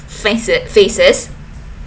faces faces